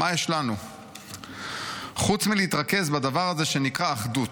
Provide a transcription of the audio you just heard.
מה יש לנו חוץ מלהתרכז בדבר הזה שנקרא אחדות?